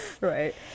right